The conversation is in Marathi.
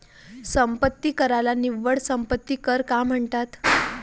संपत्ती कराला निव्वळ संपत्ती कर का म्हणतात?